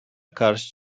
karşı